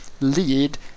lead